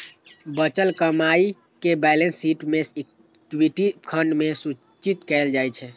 बचल कमाइ कें बैलेंस शीट मे इक्विटी खंड मे सूचित कैल जाइ छै